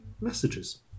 messages